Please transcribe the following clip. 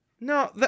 No